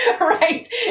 right